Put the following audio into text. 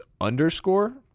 underscore